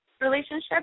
relationship